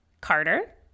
Carter